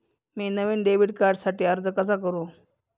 मी नवीन डेबिट कार्डसाठी अर्ज कसा करु?